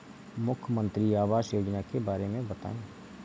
मुख्यमंत्री आवास योजना के बारे में बताए?